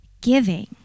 Giving